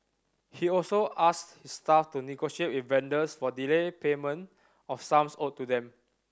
he also asked his staff to negotiate with vendors for delayed payment of sums owed to them